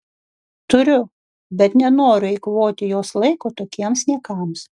turiu bet nenoriu eikvoti jos laiko tokiems niekams